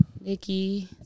Nikki